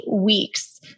weeks